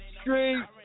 Street